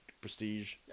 prestige